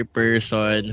person